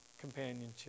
companionship